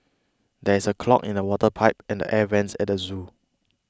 there is a clog in the water pipe and an Air Vents at the zoo